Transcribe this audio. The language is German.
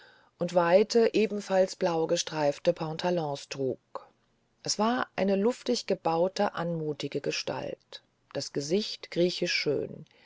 und weite ebenfalls blaugestreifte pantalons trug es war eine luftiggebaute anmutige gestalt das gesicht griechisch schön